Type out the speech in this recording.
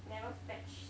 never fetch